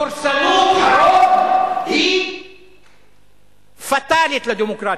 דורסנות הרוב היא פטאלית לדמוקרטיה.